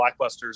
blockbusters